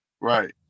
right